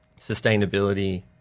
sustainability